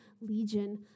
legion